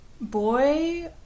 boy